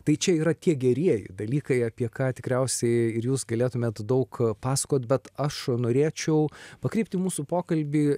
tai čia yra tie gerieji dalykai apie ką tikriausiai ir jūs galėtumėt daug pasakot bet aš norėčiau pakreipti mūsų pokalbį